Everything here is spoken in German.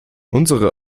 unsere